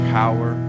power